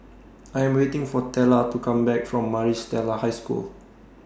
I Am waiting For Tella to Come Back from Maris Stella High School